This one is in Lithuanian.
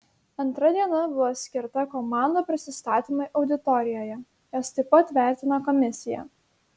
antra diena buvo skirta komandų prisistatymui auditorijoje juos taip pat vertino komisija